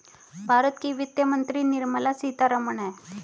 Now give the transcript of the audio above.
भारत की वित्त मंत्री निर्मला सीतारमण है